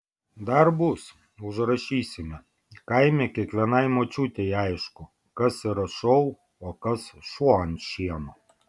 dar bus užrašysime kaime kiekvienai močiutei aišku kas yra šou o kas šuo ant šieno